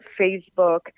Facebook